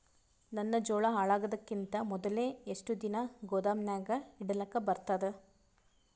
ನನ್ನ ಜೋಳಾ ಹಾಳಾಗದಕ್ಕಿಂತ ಮೊದಲೇ ಎಷ್ಟು ದಿನ ಗೊದಾಮನ್ಯಾಗ ಇಡಲಕ ಬರ್ತಾದ?